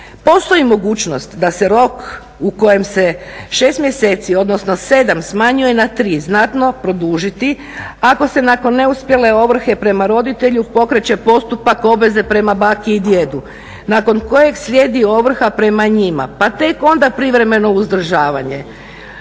Postoji mogućnost da se rok u kojem se 6. mjeseci odnosno 7. smanjuje na 3., znatno produžiti, ako se nakon neuspjele ovrhe prema roditelju pokreće postupak obveze prema baki i djedu nakon kojeg slijedi ovrha prema njima pa tek onda privremeno uzdržavanje.